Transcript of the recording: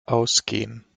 ausgehen